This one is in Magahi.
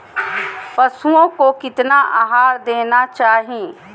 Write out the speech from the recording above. पशुओं को कितना आहार देना चाहि?